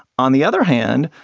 on the other hand,